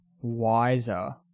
Wiser